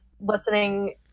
listening